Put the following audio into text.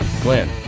Glenn